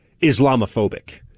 Islamophobic